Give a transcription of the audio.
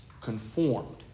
conformed